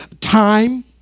time